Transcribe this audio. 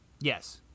Yes